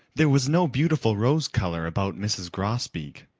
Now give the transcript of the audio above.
there was no beautiful rose color about mrs. grosbeak.